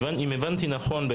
אם הבנתי נכון,